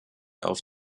auf